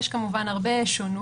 יש כמובן הרבה שונות,